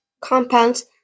compounds